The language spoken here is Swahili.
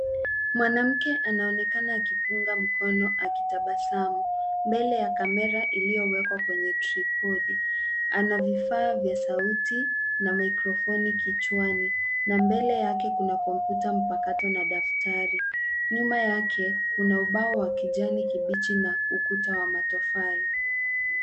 Mwanamke anaonekana akipunga mkono akitabasamu, mbele ya kamera iliyowekwa kwenye tripod ana vifaa vya sauti na microphone kichwani na mbele yake kuna kompyuta mpakato na daftari. Nyuma yake kuna ubao wa kijani kibichi na ukuta wa matofali.